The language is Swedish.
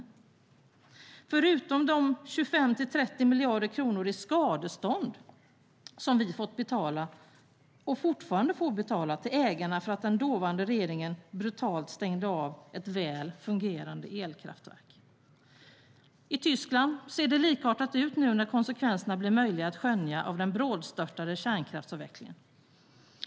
Till detta kommer de 25-30 miljarder kronor i skadestånd som vi fått betala och fortfarande får betala till ägarna för att den dåvarande regeringen brutalt stängde av ett väl fungerande elkraftverk. I Tyskland ser det likartat ut nu när konsekvenserna blir möjliga att skönja av den brådstörtade kärnkraftsavvecklingen.